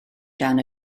dan